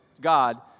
God